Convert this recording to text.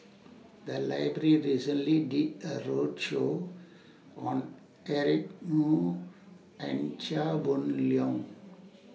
The Library recently did A roadshow on Eric Moo and Chia Boon Leong